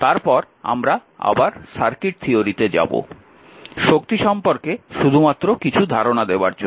তারপর আবার আমরা সার্কিট থিয়োরিতে যাব এনার্জি সম্পর্কে শুধুমাত্র কিছু ধারনা দেবার জন্য